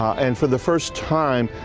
and for the first time.